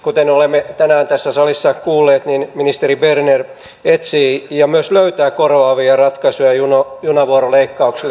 kuten olemme tänään tässä salissa kuulleet ministeri berner etsii ja myös löytää korvaavia ratkaisuja junavuoroleikkauksille